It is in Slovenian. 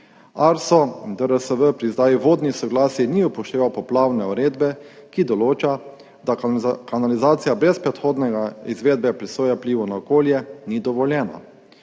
ARSO, DRSV pri izdaji vodnih soglasij ni upošteval poplavne uredbe, ki določa, da kanalizacija brez predhodnega izvedbe presoje vplivov na okolje ni dovoljena.